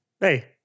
Hey